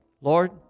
Lord